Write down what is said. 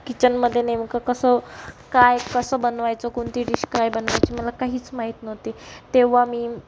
किचनमध्ये नेमकं कसं काय कसं बनवायचं कोणती डिश काय बनवायची मला काहीच माहीत नव्हती तेव्हा मी